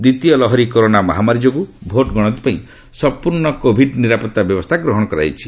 ଦ୍ୱିତୀୟ ଲହରୀ କରୋନା ମହାମାରୀ ଯୋଗୁଁ ଭୋଟ୍ଗଣତି ପାଇଁ ସମ୍ପର୍ଣ୍ଣ କୋଭିଡ୍ ନିରାପତ୍ତା ବ୍ୟବସ୍ଥା ଗ୍ରହଣ କରାଯାଇଛି